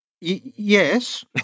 Yes